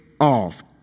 off